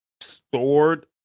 stored